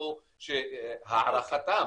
שהשיבו שהערכתם